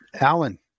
Alan